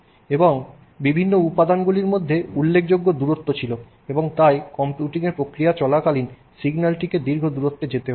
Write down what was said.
এবং বিভিন্ন উপাদানগুলির মধ্যে উল্লেখযোগ্য দূরত্ব ছিল এবং তাই কম্পিউটিংয়ের প্রক্রিয়া চলাকালীন সিগন্যালটিকে দীর্ঘ দূরত্বে যেতে হত